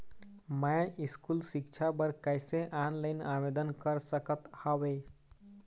मैं स्कूल सिक्छा बर कैसे ऑनलाइन आवेदन कर सकत हावे?